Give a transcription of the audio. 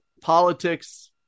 politics